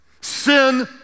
sin